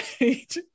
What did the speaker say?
Right